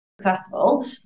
successful